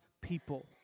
people